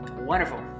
wonderful